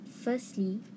Firstly